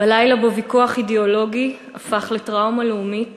בלילה שבו ויכוח אידיאולוגי הפך לטראומה לאומית